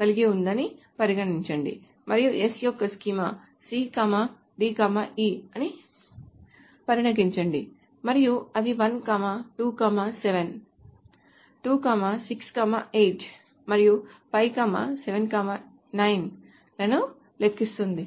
కలిగి ఉందని పరిగణించండి మరియు s యొక్క స్కీమా C D E అని పరిగణించండి మరియు అది 1 2 7 2 6 8 మరియు 5 7 9 లను లెక్కిస్తుంది